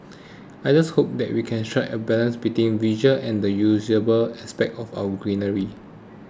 I just hope that we can strike a balance between the visual and the usability aspects of our greenery